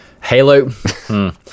Halo